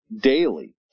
daily